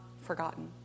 forgotten